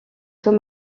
sous